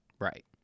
Right